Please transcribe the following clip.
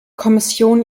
kommission